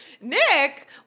Nick